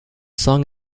song